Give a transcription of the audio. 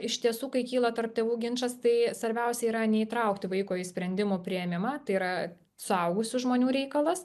iš tiesų kai kyla tarp tėvų ginčas tai svarbiausia yra neįtraukti vaiko į sprendimų priėmimą tai yra suaugusių žmonių reikalas